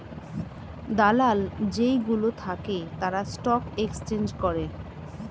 দালাল যেই গুলো থাকে তারা স্টক এক্সচেঞ্জ করে